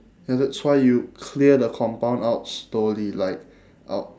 ya that's why you clear the compound out slowly like o~